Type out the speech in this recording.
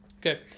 Okay